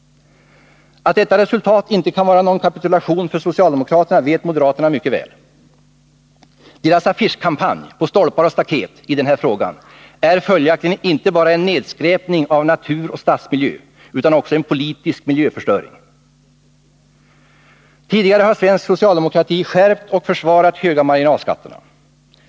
Att detta resultat inte kan vara någon kapitulation för socialdemokraterna, vet moderaterna mycket väl. Deras affischkampanj på stolpar och staket i denna fråga är följaktligen inte bara en nedskräpning av naturoch stadsmiljö utan också en politisk miljöförstöring. Tidigare har svensk socialdemokrati skärpt och försvarat de höga marginalskatterna.